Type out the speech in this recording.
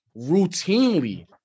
routinely